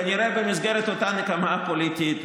כנראה במסגרת אותה נקמה פוליטית,